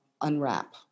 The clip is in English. unwrap